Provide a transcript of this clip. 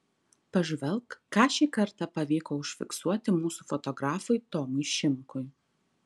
pažvelk ką šį kartą pavyko užfiksuoti mūsų fotografui tomui šimkui